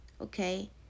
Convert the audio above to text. Okay